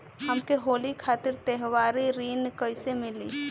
हमके होली खातिर त्योहारी ऋण कइसे मीली?